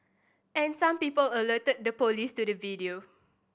and some people alerted the police to the video